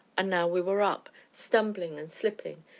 and now we were up, stumbling and slipping,